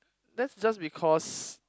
that's just because